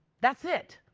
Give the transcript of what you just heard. that's it.